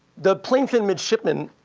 the plainfin midshipman,